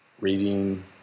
reading